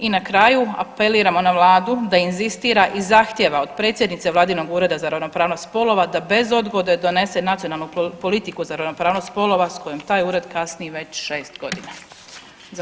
I na kraju, apeliramo na vladu da inzistira i zahtjeva od predsjednice vladinog ureda za ravnopravnost spolova da bez odgode donese nacionalnu politiku za ravnopravnost spolova s kojom taj ured kasni već 6 godina.